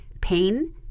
pain